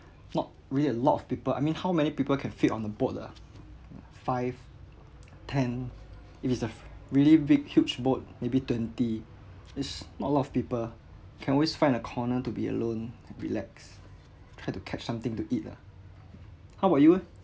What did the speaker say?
not really a lot of people I mean how many people can fit on the boat ah five ten if is a really big huge boat maybe twenty is not a lot of people can always find a corner to be alone relax try to catch something to eat lah how about you eh